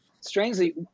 Strangely